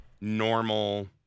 normal